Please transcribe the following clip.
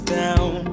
down